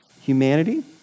humanity